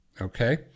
okay